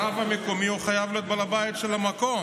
הרב המקומי חייב להיות בעל הבית של המקום.